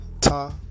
Ta